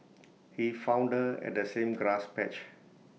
he found her at the same grass patch